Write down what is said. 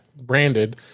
branded